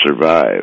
survive